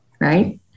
Right